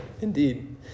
Indeed